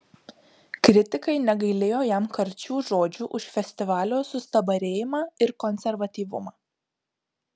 kritikai negailėjo jam karčių žodžių už festivalio sustabarėjimą ir konservatyvumą